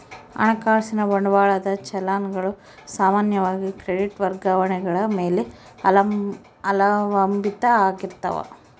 ಹಣಕಾಸಿನ ಬಂಡವಾಳದ ಚಲನ್ ಗಳು ಸಾಮಾನ್ಯವಾಗಿ ಕ್ರೆಡಿಟ್ ವರ್ಗಾವಣೆಗಳ ಮೇಲೆ ಅವಲಂಬಿತ ಆಗಿರ್ತಾವ